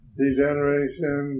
degeneration